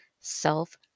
self